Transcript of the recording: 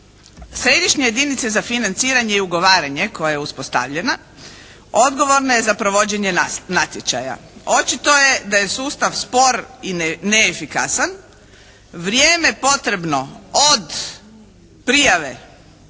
Središnja jedinica za financiranje i ugovaranje koja je uspostavljena odgovorna je za provođenje natječaja. Očito je da je sustav spor i neefikasan, vrijeme potrebno od prijave